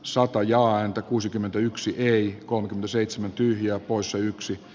sompa ja anto kuusikymmentäyksi ei kolmekymmentäseitsemän tyhjää poissa yksi